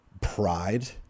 pride